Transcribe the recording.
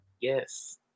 Yes